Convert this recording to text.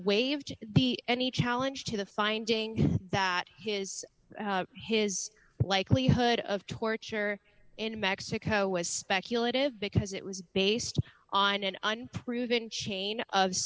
waived the any challenge to the finding that his his likelihood of torture in mexico was speculative because it was based on an unproven chain of